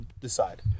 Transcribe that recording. decide